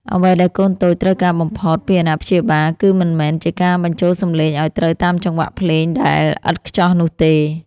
អ្វីដែលកូនតូចត្រូវការបំផុតពីអាណាព្យាបាល គឺមិនមែនជាការបញ្ចូលសំឡេងឱ្យត្រូវតាមចង្វាក់ភ្លេងដែលឥតខ្ចោះនោះទេ